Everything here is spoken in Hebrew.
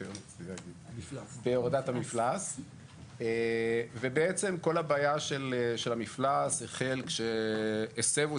המפלס ובעצם כל הבעיה של המפלס החל כשהסבו